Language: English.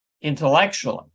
intellectually